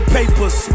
Papers